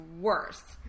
worse